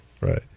Right